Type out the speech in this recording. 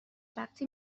وقتی